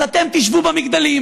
אז אתם תשבו במגדלים,